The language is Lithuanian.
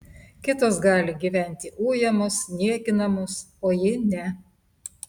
kitos gali gyventi ujamos niekinamos o ji ne